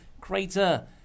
Crater